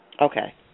Okay